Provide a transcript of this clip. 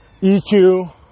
EQ